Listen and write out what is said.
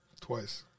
twice